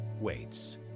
waits